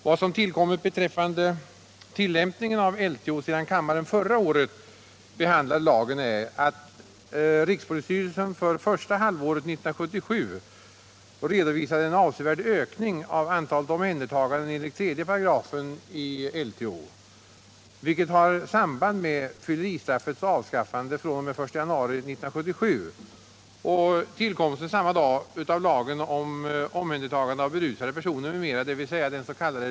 Vad som har tillkommit beträffande tillämpningen av LTO sedan kammaren förra året behandlade lagen är att rikspolisstyrelsen för första halvåret 1977 har redovisat en avsevärd ökning av antalet omhändertaganden enligt 3 § LTO, vilket har samband med fylleristraffets avskaffande fr.o.m. den I januari 1977 och tillkomsten samma dag av lagen om omhändertagande av berusade personer m.m.,dens.k.